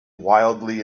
wildly